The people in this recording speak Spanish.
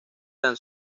tan